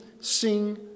sing